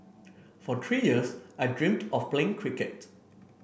for three years I dreamed of playing cricket